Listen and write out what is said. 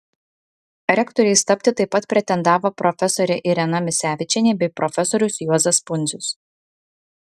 rektoriais tapti taip pat pretendavo profesorė irena misevičienė bei profesorius juozas pundzius